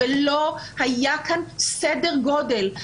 ולא היה כאן סדר גודל.